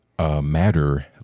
Matter